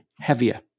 heavier